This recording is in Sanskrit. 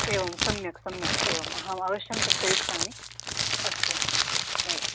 एवं सम्यक् सम्यक् एवम् अहम् अवश्यं तद् करिष्यामि अस्तु एवम्